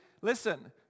listen